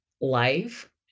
life